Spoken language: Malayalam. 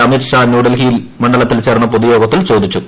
അമിത് ഷാ ന്യൂഡൽഹി മണ്ഡലത്തിൽ ചേർന്ന പൊതുയോഗത്തിൽ ചോദിച്ചു